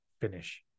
finish